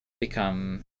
become